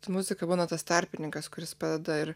su muzika būna tas tarpininkas kuris padeda ir